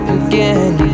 again